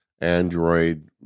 Android